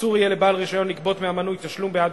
אסור יהיה לבעל רשיון לגבות מהמנוי תשלום בעד